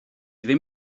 ddim